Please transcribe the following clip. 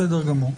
בסדר גמור.